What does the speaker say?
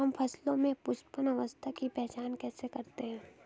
हम फसलों में पुष्पन अवस्था की पहचान कैसे करते हैं?